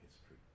history